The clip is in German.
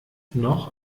noch